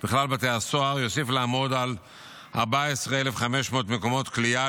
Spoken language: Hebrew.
יוסיף לעמוד על 14,500 מקומות כליאה